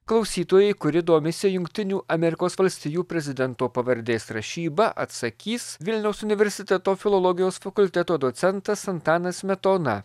klausytojai kurie domisi jungtinių amerikos valstijų prezidento pavardės rašyba atsakys vilniaus universiteto filologijos fakulteto docentas antanas smetona